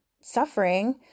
suffering